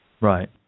right